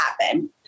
happen